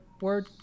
word